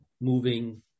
moving